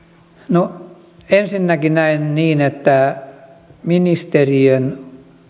no ensinnäkin näen niin että ministeriön